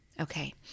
Okay